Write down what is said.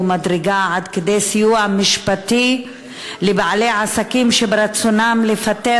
מדרגה עד כדי סיוע משפטי לבעלי העסקים שרוצים לפטר